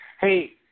Hey